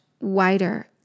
wider